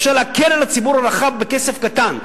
אפשר להקל על הציבור הרחב בכסף קטן.